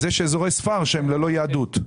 אז יש אזורי-ספר שהם ללא יהדות.